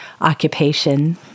occupation